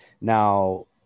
now